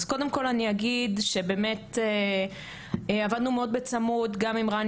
אז קודם כל אני אגיד שעבדנו מאד בצמוד גם עם רן